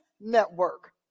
network